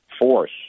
force